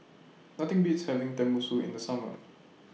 Nothing Beats having Tenmusu in The Summer